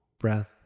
breath